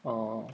orh